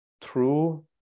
true